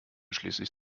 schließlich